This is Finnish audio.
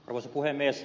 arvoisa puhemies